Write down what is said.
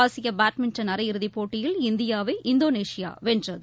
ஆசிய பேட்மிண்டன் அரையிறுதி போட்டியில் இந்தியாவை இந்தோனேஷியா வென்றது